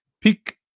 pick